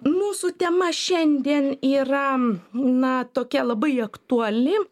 mūsų tema šiandien yra na tokia labai aktuali